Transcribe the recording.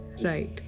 Right